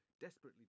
desperately